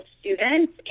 students